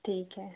ठीक है